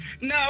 No